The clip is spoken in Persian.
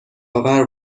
آور